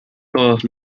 todos